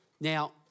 Now